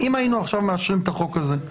אם היינו מאשרים את החוק הזה עכשיו,